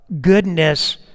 goodness